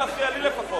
נא לא להפריע לי לפחות.